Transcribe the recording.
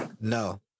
No